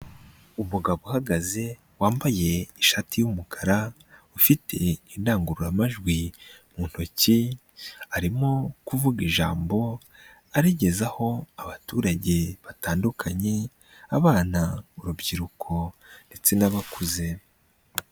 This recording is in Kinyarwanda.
Umugabo uhagaze wambaye ishati y'umukara ufite indangurura majwi mu ntoki, arimo kuvuga ijambo arigezaho abaturage batandukanye, abana, urubyiruko ndetse n'abakuze.